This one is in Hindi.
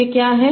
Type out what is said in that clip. ये क्या हैं